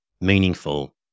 meaningful